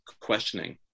questioning